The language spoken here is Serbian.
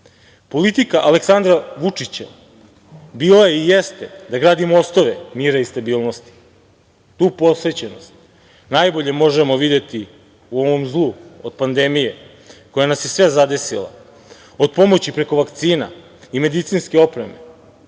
Aleksandra Vučića bila je i jeste, da gradi mostove mira i stabilnosti. Tu posvećenost najbolje možemo videti u ovom zlu od pandemije, koja nas je sve zadesila od pomoći preko vakcina i medicinske opreme,